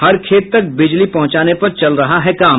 हर खेत तक बिजली पहुंचाने पर चल रहा हे काम